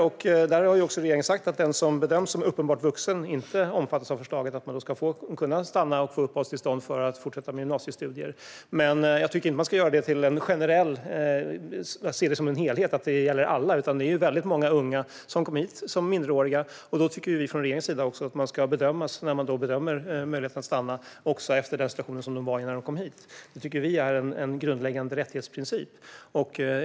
Regeringen har också sagt att den som bedöms vara uppenbart vuxen inte omfattas av förslaget att få stanna och få uppehållstillstånd för att fortsätta med gymnasiestudier. Men jag tycker inte att det ska ses som en helhet, som att det gäller alla. Det var många unga som kom hit som minderåriga. Då tycker regeringen att deras möjlighet att få stanna också ska bedömas utifrån den situation som de var i när de kom hit. Det tycker vi är en grundläggande rättighetsprincip.